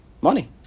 money